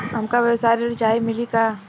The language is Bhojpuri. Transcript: हमका व्यवसाय ऋण चाही मिली का?